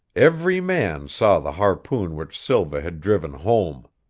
every man saw the harpoon which silva had driven home.